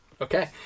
Okay